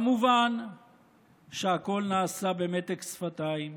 כמובן שהכול נעשה במתק שפתיים